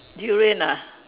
durian ah